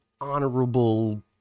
honorable